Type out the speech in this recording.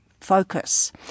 focus